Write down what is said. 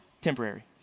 temporary